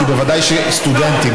כי בוודאי סטודנטים,